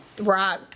Right